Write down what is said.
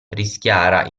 rischiara